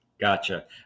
Gotcha